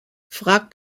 frag